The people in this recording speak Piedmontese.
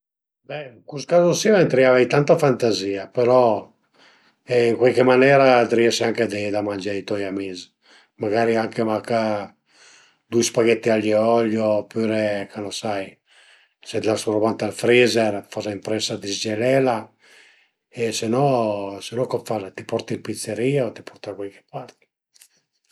Be ën cus cazo si ëntà avei tanta fantazìa però ën cuaich manera t'riese anche deie da mangé ai toi amis, magari anche mach dui spaghetti aglio e olio opüre che ën sai, se të l'as roba ënt ël freezer faze ëmpresa a dizgelela e se no se no co faze, t'i porte ën pizzeria o t'i porte da cuaiche part